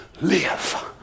live